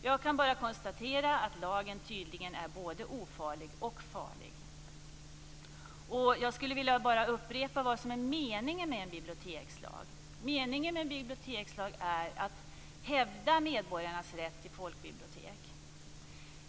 Jag kan bara konstatera att lagen tydligen är både ofarlig och farlig. Jag skulle vilja upprepa vad som är meningen med en bibliotekslag. Det är att hävda medborgarnas rätt till folkbibliotek.